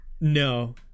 No